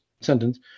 sentence